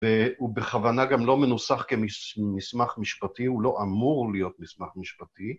הוא בכוונה גם לא מנוסח כמסמך משפטי, הוא לא אמור להיות מסמך משפטי.